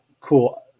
cool